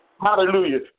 Hallelujah